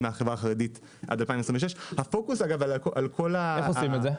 מהחברה החרדית עד 2026. איך עושים את זה.